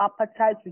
appetite